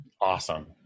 Awesome